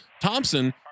Thompson